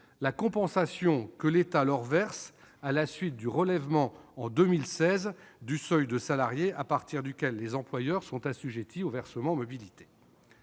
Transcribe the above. la compensation que l'État leur verse à la suite du relèvement en 2016 du seuil de salariés à partir duquel les employeurs sont assujettis au versement mobilité